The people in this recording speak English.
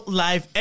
life